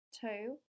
two